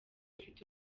afite